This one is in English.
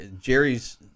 Jerry's